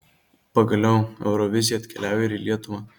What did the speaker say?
pagaliau eurovizija atkeliauja ir į lietuvą